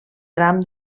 tram